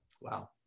wow